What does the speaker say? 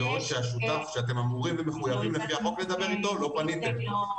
בעוד שהשותף שאתם מחויבים לפי החוק לדבר איתו לא פניתם אליו.